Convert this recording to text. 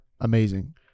amazing